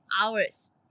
hours